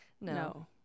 no